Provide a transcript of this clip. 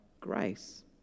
grace